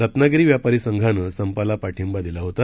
रत्नागिरी व्यापारी संघानं संपाला पाठिंबा दिला होता